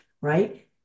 right